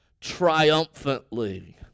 triumphantly